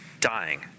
dying